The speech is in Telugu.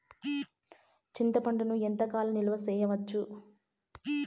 చింతపండును ఎంత కాలం నిలువ చేయవచ్చు?